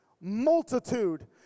multitude